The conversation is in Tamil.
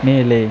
மேலே